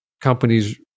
companies